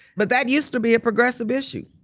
but that used to be a progressive issue,